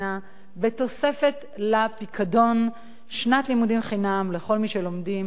ותוספת לפיקדון שנת לימודים חינם לכל מי שלומדים בנגב,